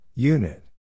Unit